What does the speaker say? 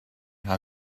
how